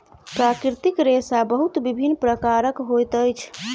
प्राकृतिक रेशा बहुत विभिन्न प्रकारक होइत अछि